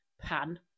Pan